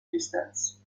distance